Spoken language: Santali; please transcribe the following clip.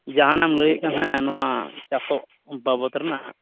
ᱡᱟᱦᱟᱱᱟᱜ ᱮᱢ ᱞᱟᱹᱭᱮᱫ ᱠᱟᱱ ᱛᱟᱦᱮᱱᱟ ᱱᱚᱣᱟ ᱪᱟᱥᱚᱜ ᱵᱟᱵᱚᱫ ᱨᱮᱱᱟᱜ